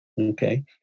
Okay